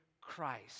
Christ